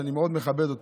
שאני מאוד מכבד אותו,